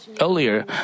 earlier